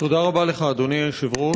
תודה רבה לך, אדוני היושב-ראש.